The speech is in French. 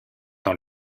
dans